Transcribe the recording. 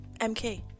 mk